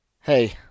Hey